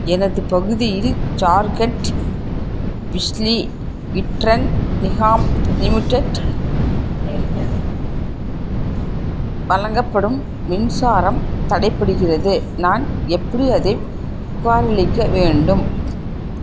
எனது பகுதியில் ஜார்க்கண்ட் பிஜ்லி விட்ரன் நிகாம் லிமிடெட் வழங்கப்படும் மின்சாரம் தடைப்படுகிறது நான் எப்படி அதைப் புகாரளிக்க வேண்டும்